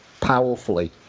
powerfully